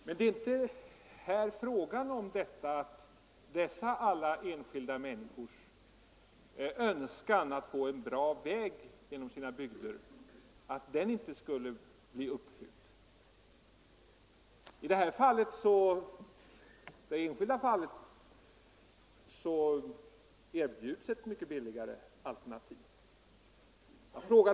Men här är det inte fråga om att alla dessa enskilda människors önskan att få en bra väg genom sina bygder inte skulle bli uppfylld. I det här enskilda fallet erbjuds ett billigare alternativ.